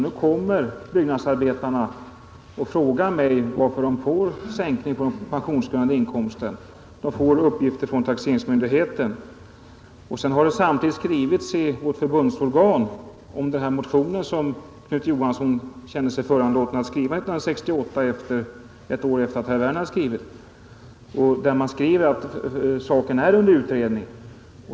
Nu kommer byggnadsarbetarna och frågar mig varför de får sänkning på den pensionsgrundande inkomsten enligt uppgifter från taxeringsmyndigheten. Samtidigt har det skrivits i vårt förbundsorgan om motionen som Knut Johansson kände sig föranlåten att skriva 1968, ett år efter det att herr Werner hade skrivit sin motion, och det har framhållits att saken är under utredning.